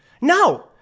No